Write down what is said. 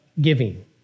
giving